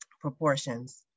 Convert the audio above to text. proportions